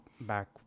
back